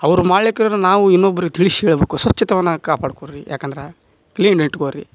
ಅವರು ಮಾಡಲಿಕ್ಕಿರೋರು ನಾವು ಇನ್ನೊಬ್ರು ತಿಳಿಸ್ ಹೇಳಬೇಕು ಸ್ವಚ್ಛತಯನ್ನ ಕಾಪಾಡಿಕೋರಿ ಯಾಕಂದ್ರೆ ಕ್ಲೀನ್ ಇಟ್ಟುಕೋರಿ